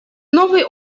новый